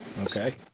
Okay